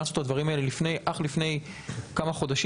כשהמלצנו על הדברים האלה אך לפני כמה חודשים.